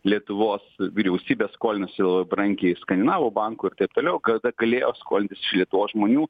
lietuvos vyriausybė skolinasi brangiai skandinavų bankų ir taip toliau kada galėjo skolintis iš lietuvos žmonių